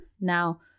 now